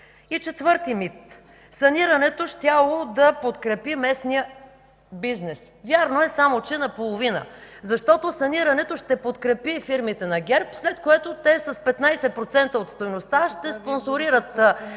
Четвърти мит – санирането щяло да подкрепи местния бизнес. Вярно е, само че наполовина, защото санирането ще подкрепи фирмите на ГЕРБ, след което те с 15% от стойността ще спонсорират